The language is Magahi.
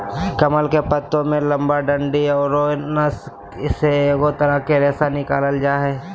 कमल के पत्तो के लंबा डंडि औरो नस से एगो तरह के रेशा निकालल जा हइ